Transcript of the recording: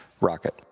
rocket